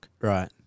Right